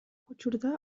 учурда